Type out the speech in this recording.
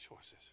choices